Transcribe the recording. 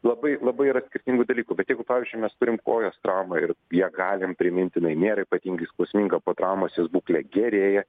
labai labai yra skirtingų dalykų bet jeigu pavyzdžiui mes turim kojos traumą ir ją galim priminti jinai nėra ypatingai skausminga po traumos jos būklė gerėja